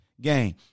game